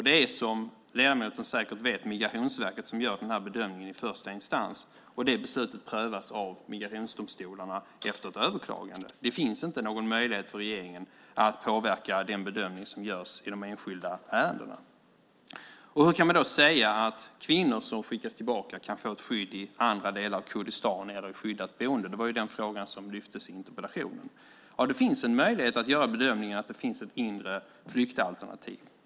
Det är, som ledamoten säkert vet, Migrationsverket som gör bedömningen i första instans, och beslutet prövas av migrationsdomstolarna efter ett överklagande. Det finns inte någon möjlighet för regeringen att påverka de bedömningar som görs i de enskilda ärendena. Hur kan vi då säga att kvinnor som skickas tillbaka kan få ett skydd i andra delar av Kurdistan eller i skyddat boende? Det var den fråga som ställdes i interpellationen. Det finns en möjlighet att göra bedömningen att det finns ett inre flyktalternativ.